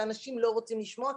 שאנשים לא רוצים לשמוע,